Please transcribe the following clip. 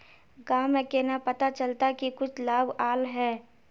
गाँव में केना पता चलता की कुछ लाभ आल है?